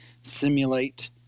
simulate